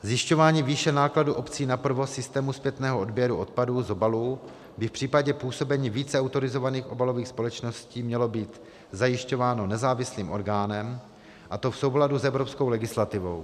Zjišťování výše nákladů obcí na provoz systému zpětného odběru odpadů z obalů by v případě působení více autorizovaných obalových společností mělo být zajišťováno nezávislým orgánem, a to v souladu s evropskou legislativou.